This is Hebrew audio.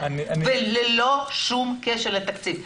וזה ללא שום קשר לתקציב.